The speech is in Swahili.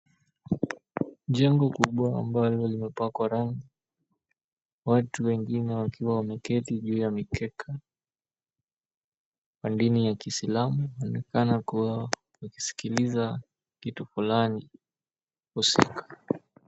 Jengo kubwa ambalo limepakwa rangi. Watu wengine wakiwa wameketi juu ya mikeka wa dini ya Kiislamu wanaonekana kuwa wanasikiliza kitu fulani husika.